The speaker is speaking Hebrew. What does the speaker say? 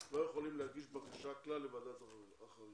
לא יכולים להגיש בקשה כלל לוועדת החריגים.